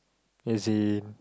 as in